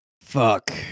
fuck